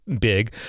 big